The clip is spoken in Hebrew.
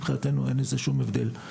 מבחינתנו אין בזה שום הבדל.